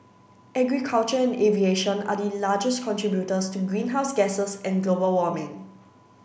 agriculture and aviation are the largest contributors to greenhouse gases and global warming